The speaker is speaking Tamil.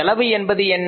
செலவு என்பது என்ன